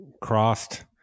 crossed